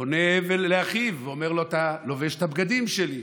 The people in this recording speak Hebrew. פונה הבל לאחיו ואומר לו: אתה לובש את הבגדים שלי.